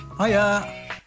Hiya